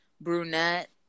brunette